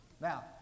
Now